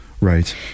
Right